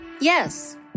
Yes